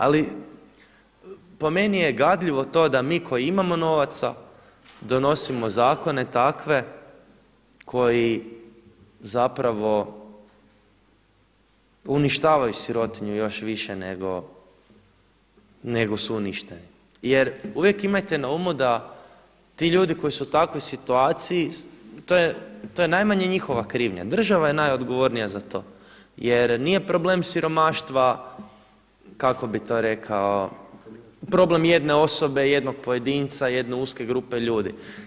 Ali po meni je gadljivo to da mi koji imamo novaca donosimo zakone takve koji zapravo uništavaju sirotinju još više nego su uništeni jer uvijek imajte na umu da ti ljudi koji su u takvoj situaciji to je najmanje njihova krivnja, država je najodgovornija za to jer nije problem siromaštva problem jedne osobe, jednog pojedinca, jedne uske grupe ljudi.